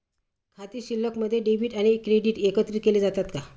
खाते शिल्लकमध्ये डेबिट आणि क्रेडिट एकत्रित केले जातात का?